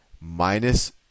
minus